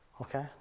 Okay